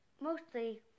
mostly